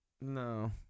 No